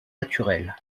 naturelle